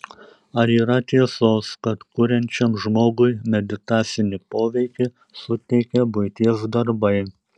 ar yra tiesos kad kuriančiam žmogui meditacinį poveikį suteikia buities darbai